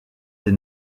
des